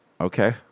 okay